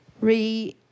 re